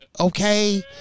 Okay